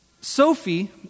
Sophie